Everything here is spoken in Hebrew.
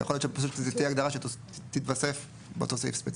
ויכול להיות שפשוט זו תהיה הגדרה שתתווסף באותו סעיף ספציפי.